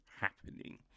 happening